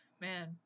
man